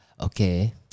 okay